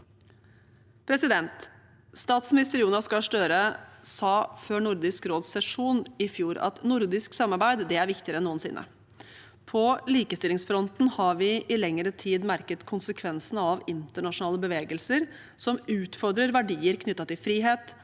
Statsminister Jonas Gahr Støre sa før Nordisk råds sesjon i fjor at nordisk samarbeid er viktigere enn noensinne. På likestillingsfronten har vi i lengre tid merket konsekvensene av internasjonale bevegelser som utfordrer verdier knyttet til frihet,